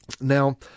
Now